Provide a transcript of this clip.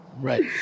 Right